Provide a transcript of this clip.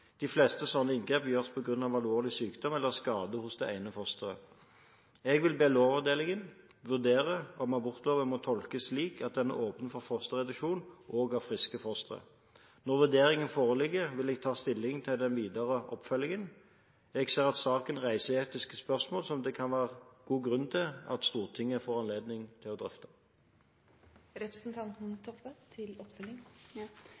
De fleste slike inngrep gjøres på grunn av alvorlig sykdom eller skade hos det ene fosteret. Jeg vil be Lovavdelingen vurdere om abortloven må tolkes slik at den åpner for fosterreduksjon også av friske fostre. Når vurderingen foreligger, vil jeg ta stilling til den videre oppfølgingen. Jeg ser at saken reiser etiske spørsmål som det kan være god grunn til at Stortinget får anledning til å drøfte.